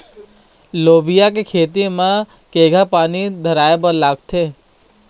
लोबिया के खेती म केघा पानी धराएबर लागथे?